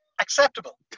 acceptable